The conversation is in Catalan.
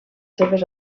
seves